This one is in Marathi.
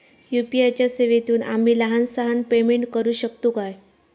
यू.पी.आय च्या सेवेतून आम्ही लहान सहान पेमेंट करू शकतू काय?